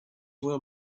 will